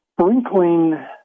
Sprinkling